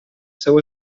seu